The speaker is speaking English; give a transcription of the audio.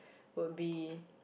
will be